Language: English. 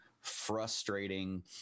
frustrating